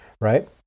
right